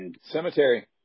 Cemetery